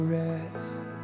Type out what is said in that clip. rest